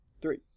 Three